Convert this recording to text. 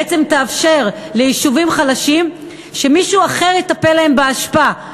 בעצם תאפשר ליישובים חלשים שמישהו אחר יטפל להם באשפה.